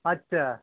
আচ্ছা